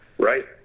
Right